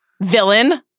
villain